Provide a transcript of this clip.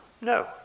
no